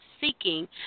seeking